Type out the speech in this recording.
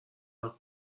وقت